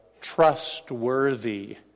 trustworthy